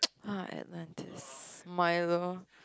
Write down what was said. uh Atlantis my love